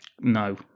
No